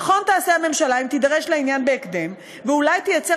נכון תעשה הממשלה אם תידרש לעניין בהקדם ואולי תיצור